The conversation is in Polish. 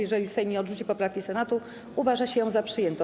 Jeżeli Sejm nie odrzuci poprawki Senatu, uważa się ją za przyjętą.